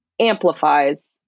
amplifies